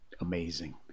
amazing